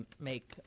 make